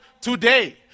today